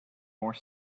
more